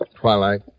Twilight